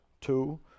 two